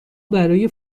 برا